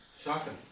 Shocking